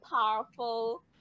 powerful